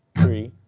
three,